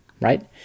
right